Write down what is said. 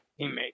teammate